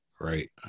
Right